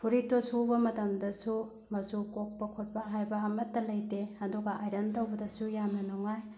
ꯐꯨꯔꯤꯠꯇꯣ ꯁꯨꯕ ꯃꯇꯝꯗꯁꯨ ꯃꯆꯨ ꯀꯣꯛꯄ ꯈꯣꯠꯄ ꯍꯥꯏꯕ ꯑꯃꯠꯇ ꯂꯩꯇꯦ ꯑꯗꯨꯒ ꯑꯥꯏꯔꯟ ꯇꯧꯕꯗꯁꯨ ꯌꯥꯝꯅ ꯅꯨꯡꯉꯥꯏ